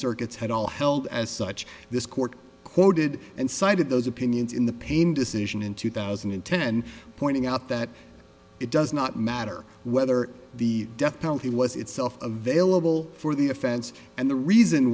circuit's had all held as such this court quoted and cited those opinions in the pain decision in two thousand and ten pointing out that it does not matter whether the death penalty was itself a vailable for the offense and the reason